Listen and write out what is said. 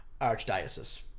Archdiocese